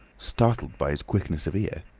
startled by his quickness of ear.